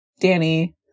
Danny